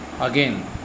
Again